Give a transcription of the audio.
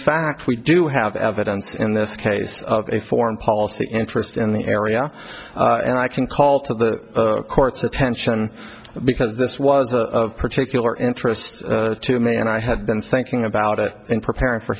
fact we do have evidence in this case of a foreign policy interest in the area and i can call to the court's attention because this was a particular interest to me and i had been thinking about it in preparing for